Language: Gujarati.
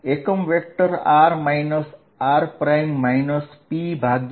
તો Er3p